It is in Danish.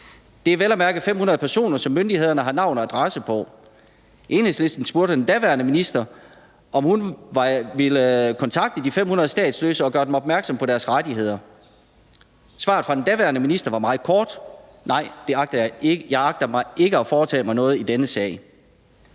Det er vel at mærke 500 personer, som myndighederne har navn og adresse på. Enhedslisten spurgte den daværende minister, om hun ville kontakte de 500 statsløse og gøre dem opmærksom på deres rettigheder. Og svaret fra den daværende minister var meget kort: Nej, jeg agter ikke at foretage mig noget i denne sag.